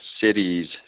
cities